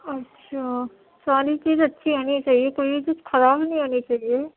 اچھا ساری چیز اچھی ہونی چاہیے کوئی چیز خراب نہیں ہونی چاہیے